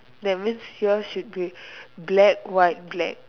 the means yours should be black white black